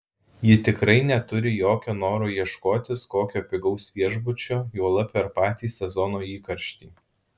ji tikrai neturi jokio noro ieškotis kokio pigaus viešbučio juolab per patį sezono įkarštį